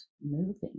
moving